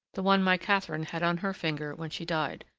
the one my catherine had on her finger when she died.